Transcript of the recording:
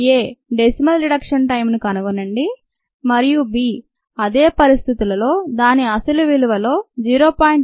A "decimal reduction" టైంను కనుగొనండి మరియు b అదే పరిస్థితుల్లో దాని అసలు విలువలో 0